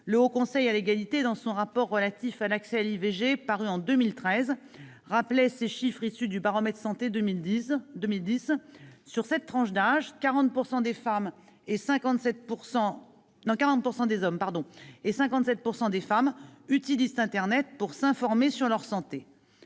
et les hommes, dans son rapport relatif à l'accès à l'IVG paru en 2013, rappelait ces chiffres issus du baromètre santé 2010 : dans cette tranche d'âge, 40 % des hommes et 57 % des femmes utilisent internet pour s'informer sur leur santé.